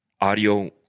Audio